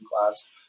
class